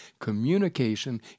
Communication